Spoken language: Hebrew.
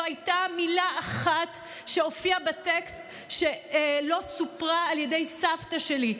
לא הייתה מילה אחת שהופיעה בטקסט שלא סופרה על ידי סבתא שלי,